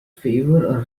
favour